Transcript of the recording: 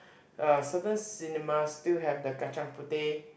uh certain cinema still have the kacang-puteh